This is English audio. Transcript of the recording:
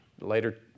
later